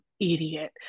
idiot